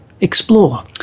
explore